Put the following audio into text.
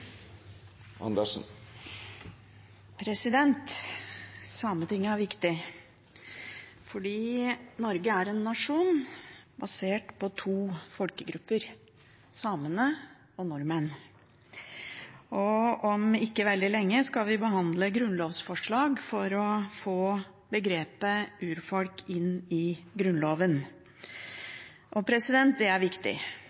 intensjoner. Sametinget er viktig, for Norge er en nasjon basert på to folkegrupper, samene og nordmenn, og om ikke veldig lenge skal vi behandle grunnlovsforslag for å få begrepet «urfolk» inn i